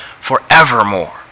forevermore